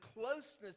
closeness